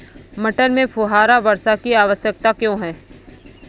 मटर में फुहारा वर्षा की आवश्यकता क्यो है?